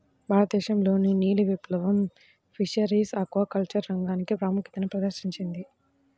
భారతదేశంలోని నీలి విప్లవం ఫిషరీస్ ఆక్వాకల్చర్ రంగానికి ప్రాముఖ్యతను ప్రదర్శించింది